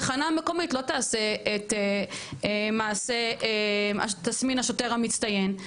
התחנה המקומית לא תעשה את מעשה תסמין השוטר המצטיין,